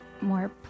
more